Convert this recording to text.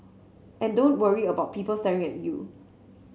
and don't worry about people staring at you